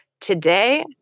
today